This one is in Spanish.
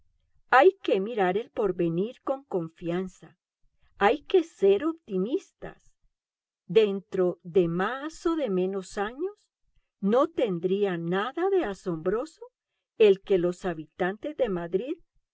hay que mirar al porvenir con confianza hay que ser optimistas dentro de más o de menos años no tendría nada de asombroso el que los habitantes de madrid